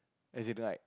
as in like